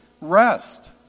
rest